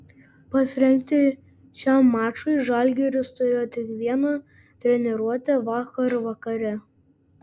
pasirengti šiam mačui žalgiris turėjo tik vieną treniruotę vakar vakare